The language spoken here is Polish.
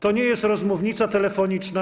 To nie jest rozmównica telefoniczna.